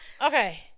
Okay